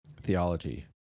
theology